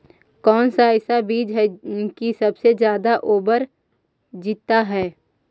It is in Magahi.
कौन सा ऐसा बीज है की सबसे ज्यादा ओवर जीता है?